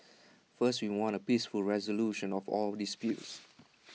first we want A peaceful resolution of all disputes